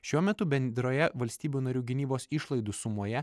šiuo metu bendroje valstybių narių gynybos išlaidų sumoje